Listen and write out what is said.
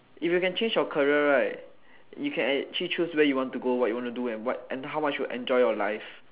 if you can change your career right you can actually chose where you go what you want to do and what and how much you enjoy your life